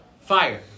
Fire